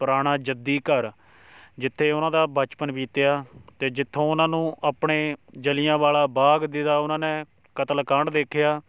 ਪੁਰਾਣਾ ਜੱਦੀ ਘਰ ਜਿੱਥੇ ਉਹਨਾਂ ਦਾ ਬਚਪਨ ਬੀਤਿਆ ਅਤੇ ਜਿੱਥੋਂ ਉਹਨਾਂ ਨੂੰ ਆਪਣੇ ਜਲਿਆਂਵਾਲਾ ਬਾਗ ਦੇ ਦਾ ਉਹਨਾਂ ਨੇ ਕਤਲਕਾਂਡ ਦੇਖਿਆ